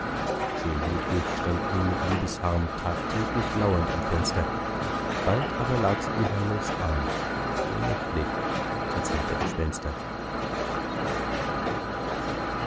schön hedwig stand nun mit liebesharm tagtäglich lauernd am fenster bald aber lag sie in heinrichs arm allnächtlich zur zeit der gespenster